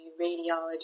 radiology